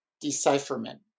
decipherment